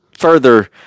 Further